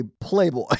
Playboy